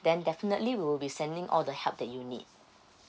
then definitely we will be sending all the help that you need